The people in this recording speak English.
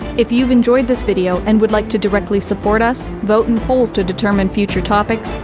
if you've enjoyed this video and would like to directly support us, vote in polls to determine future topics,